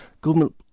Government